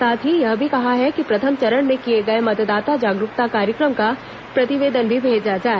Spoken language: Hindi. साथ ही यह भी कहा है कि प्रथम चरण में किये गए मतदाता जागरूकता कार्यक्रम का प्रतिवेदन भी भेजा जाए